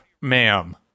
Ma'am